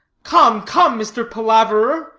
come, come, mr. palaverer,